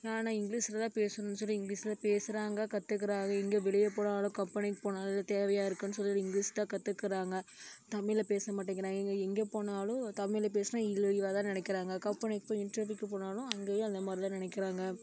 ஆனால் இங்கிலீஷில் தான் பேசணும்ன்னு சொல்லி இங்கிலீஷில் பேசுகிறாங்க கத்துக்கிறாங்க எங்கே வெளியே போனாலும் கம்பெனிக்கு போனாலும் தேவையா இருக்குதுன்னு சொல்லி இங்கிலீஷ் தான் கத்துக்கிறாங்க தமிழை பேச மாட்டேங்கிறாங்க இங்கே எங்கே போனாலும் தமிழில் பேசினா இன்னும் இழிவா தான் நினைக்கிறாங்க கம்பெனிக்கு போய் இன்ட்ரவியூக்கு போனாலும் அங்கேயும் அந்த மாதிரி தான் நினைக்கிறாங்க